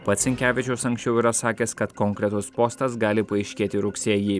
pats sinkevičius anksčiau yra sakęs kad konkretus postas gali paaiškėti rugsėjį